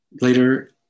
Later